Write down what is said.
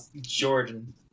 Jordan